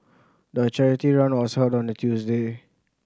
the charity run was held on a Tuesday